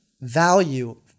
value